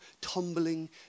tumbling